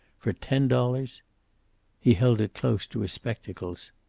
for ten dollars he held it close to his spectacles.